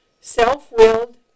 Self-willed